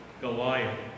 Goliath